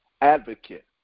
advocate